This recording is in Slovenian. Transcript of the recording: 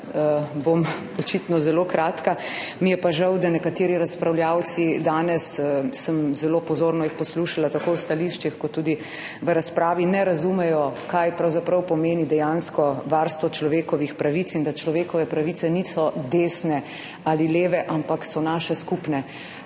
bom očitno zelo kratka. Mi je pa žal, da nekateri razpravljavci, danes sem jih zelo pozorno poslušala tako v stališčih kot tudi v razpravi, ne razumejo, kaj pravzaprav pomeni dejansko varstvo človekovih pravic in da človekove pravice niso desne ali leve, ampak so naše skupne,